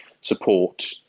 support